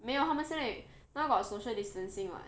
没有他们现在 now got social distancing [what]